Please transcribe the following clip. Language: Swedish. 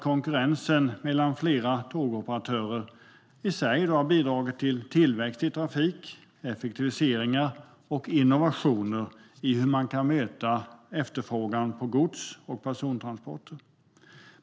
Konkurrensen mellan flera tågoperatörer har i sig bidragit till tillväxt i trafik, effektiviseringar och innovationer när det gäller hur man kan möta efterfrågan på gods och persontransporter.